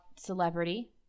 celebrity